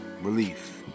Relief